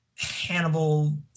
Hannibal